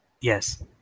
Yes